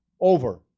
over